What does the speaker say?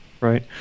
right